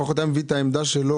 לפחות הוא היה מציג את העמדה שלו,